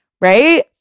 right